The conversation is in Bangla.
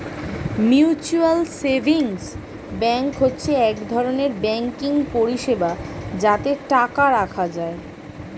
মিউচুয়াল সেভিংস ব্যাঙ্ক হচ্ছে এক ধরনের ব্যাঙ্কিং পরিষেবা যাতে টাকা রাখা যায়